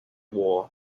war